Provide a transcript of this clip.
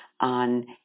on